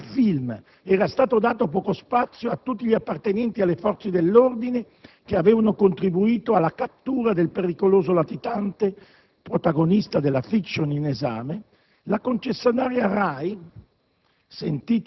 perché nel film era stato dato poco spazio a tutti gli appartenenti alle forze dell'ordine che avevano contribuito alla cattura del pericoloso latitante protagonista della *fiction* in esame, la concessionaria RAI,